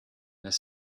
this